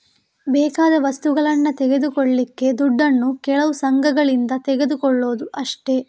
ಬೇಕಾದ ವಸ್ತುಗಳನ್ನ ತೆಗೆದುಕೊಳ್ಳಿಕ್ಕೆ ದುಡ್ಡನ್ನು ಕೆಲವು ಸಂಘಗಳಿಂದ ತಗೊಳ್ಳುದು ಅಷ್ಟೇ